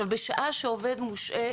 בשעה שהעובד מושעה,